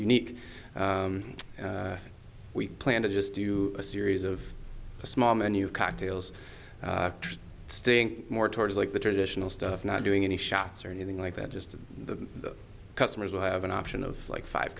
unique we plan to just do a series of small menu cocktails stink more towards like the traditional stuff not doing any shots or anything like that just the customers will have an option of like five